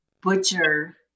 butcher